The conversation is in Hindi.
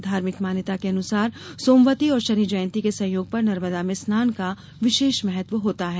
धार्मिक मान्यता के अनुसार सोमवती और शनि जयंती के संयोग पर नर्मदा में स्नान का विशेष महत्व होता है